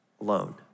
alone